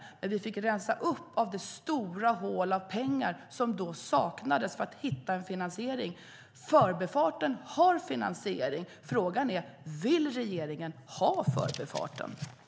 Men vi fick rensa upp, för det saknades pengar och finansiering. Förbifarten har finansiering. Frågan är: Vill regeringen ha Förbifarten?